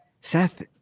Seth